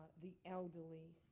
the elderly,